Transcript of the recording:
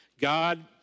God